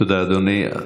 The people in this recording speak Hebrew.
תודה, אדוני.